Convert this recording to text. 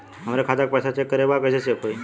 हमरे खाता के पैसा चेक करें बा कैसे चेक होई?